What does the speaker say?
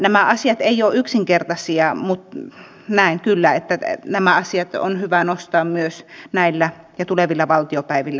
nämä asiat eivät ole yksinkertaisia mutta näen kyllä että nämä asiat on hyvä nostaa myös näillä ja tulevilla valtiopäivillä esille